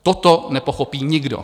Toto nepochopí nikdo.